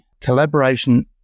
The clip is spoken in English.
collaboration